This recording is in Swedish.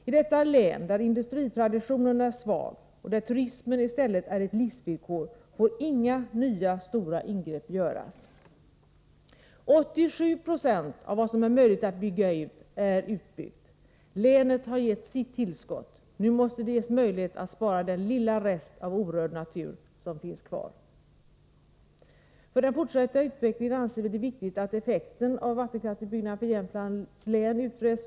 I detta län, där industritraditionen är svag och där turismen i stället är ett livsvillkor, får inga nya stora ingrepp göras. 87 Jo av vad som är möjligt att bygga ut är utbyggt. Länet har givit sitt tillskott. Nu måste det ges möjlighet att spara den lilla rest av orörd natur som finns kvar. För den fortsatta utvecklingen anser vi det viktigt att effekten av vattenkraftsutbyggande för Jämtlands län utreds.